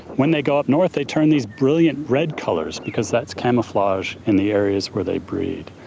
when they go up north they turn these brilliant red colours because that's camouflage in the areas where they breed.